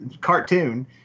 cartoon